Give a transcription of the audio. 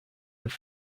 have